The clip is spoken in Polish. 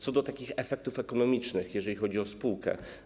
Co do efektów ekonomicznych, jeżeli chodzi o spółkę.